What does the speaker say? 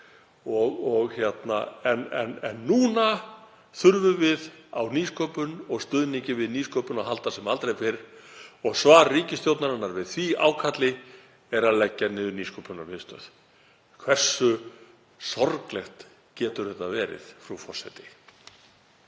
en nú þurfum við á nýsköpun og stuðningi við nýsköpun að halda sem aldrei fyrr. Svar ríkisstjórnarinnar við því ákalli er að leggja Nýsköpunarmiðstöð niður. Hversu sorglegt getur þetta orðið, frú forseti?